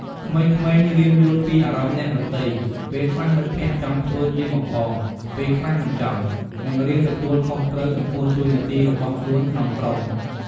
ក្មេងៗរៀនយល់ពីអារម្មណ៍អ្នកដទៃ ពេលខ្លះមិត្តភក្តិចង់ធ្វើជាបង្កង ពេលខ្លះមិនចង់ និងរៀនទទួលខុសត្រូវចំពោះតួនាទីរបស់ខ្លួនក្នុងក្រុម។